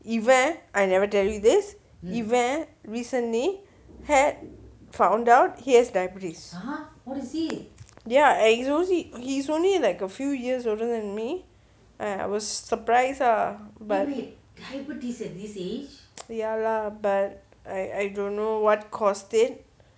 இவன்:ivan I never tell you this இவன்:ivan recently had found out he has diabetes ya he's only got few years older than me I was surprised ah ya ya lah but I I don't know what caused it